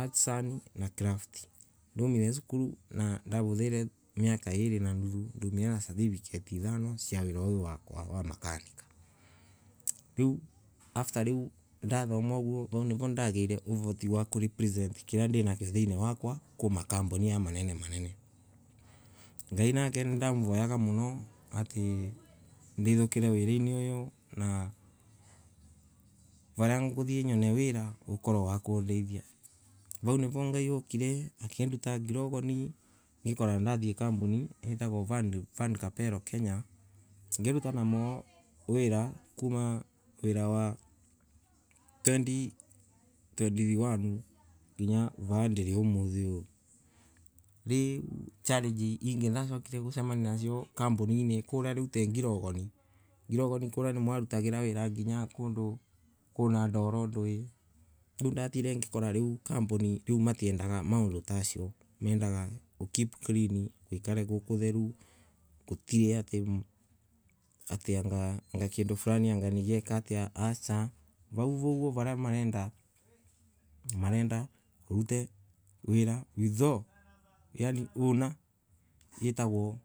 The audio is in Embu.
artisan na craft. Ndaumire cukuru na ndurathere miaka iri na ndaumire na certificate ithano cia wira uyu wakwa wa makanika. after riu ndathoma uguo niguo uroti wa kupresent kiria ndinakyo thiini wakwa kwi makampuni mama manene manene. Ngai nake nindamuroyaga muno atii ndethikire waraini uyu na varia nguthii nyone wira ukorwe wa kundthie, vau niro Ngai okire akinduta grogoni ngikora ndathii kampuni itagiwa van kapelo Kenya ngiruta nao wira kuma twenty twenty one nginya umuthi uyu. Riu challenge ciingi ndacokire gucemania nacio kampuni ti ngogoni. Ngorgoni kuria niwarutagira wira nginya kundu kwina ndoro ndui riu ndathire ngikora kampuni matiendaga maundu tamacio, mendaga gukee, cleangwikare gwikutheru, gutire ati kindu Fulani gieka atia acaa, vao uguo uria marenda, marenda urute wira with all yaani wina, gitagwo.